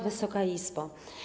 Wysoka Izbo!